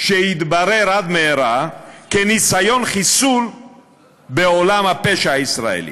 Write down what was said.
שהתברר עד מהרה כניסיון חיסול בעולם הפשע הישראלי.